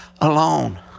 alone